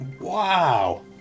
Wow